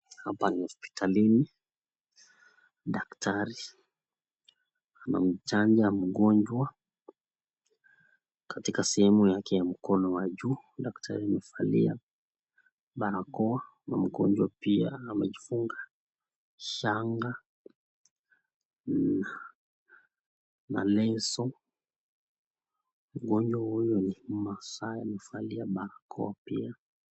Hapa ni hospitalini. Daktari anamchanja mgonjwa katika sehemu yake ya mkono wa juu, daktari amevalia barakoa na mgonjwa pia amejifunga shanga na leso . Mgonjwa huyo ni maasai amevalia barakoa pia.